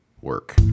work